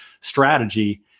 strategy